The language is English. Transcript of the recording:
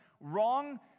wrong